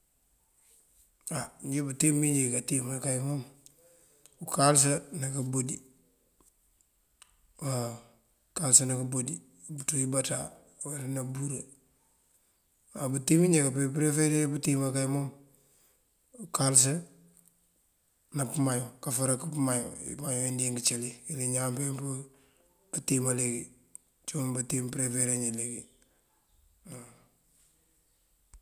Á njí bëtíim njí bíjee katíimu kay mom unkalësa ná kadodí waw, unkalësa ná kadodí, katú ibaţa naburi. Bëtíim bínjee kampee përeferir pëtíima kay mom unkalësa ná pëmayo. Kaforak pëmayo imayo injoonk icëli uyëli ñaan pempëtíima leegi. Ciwun bëtíim përeferir njí leegi.